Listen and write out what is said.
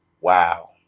Wow